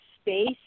space